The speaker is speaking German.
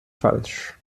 falsch